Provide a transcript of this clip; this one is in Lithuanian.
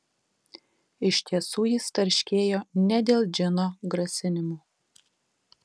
iš tiesų jis tarškėjo ne dėl džino grasinimų